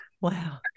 Wow